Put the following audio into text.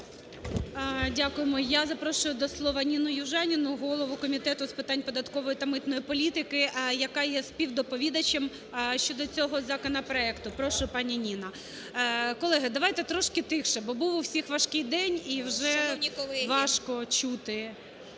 Дякуємо. Я запрошую до слова Ніну Южаніну, голову Комітету з питань податкової та митної політики, яка є співдоповідачем, щодо цього законопроекту. Прошу, пані Ніно. Колеги, давайте трошки тихше, бо був у всіх важкий день і вже важко чути